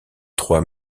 trois